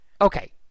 okay